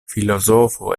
filozofo